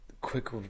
Quick